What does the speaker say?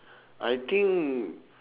I think